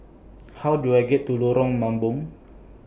How Do I get to Lorong Mambong